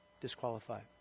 disqualified